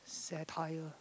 satire